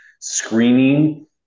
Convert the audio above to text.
screening